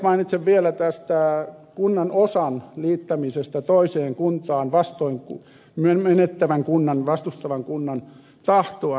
mainitsen vielä tästä kunnan osan liittämisestä toiseen kuntaan vastoin menettävän kunnan vastustavan kunnan tahtoa